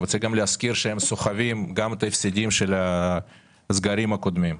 אני רוצה גם להזכיר שהם סוחבים את ההפסדים של הסגרים הקודמים.